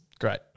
Great